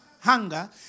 hunger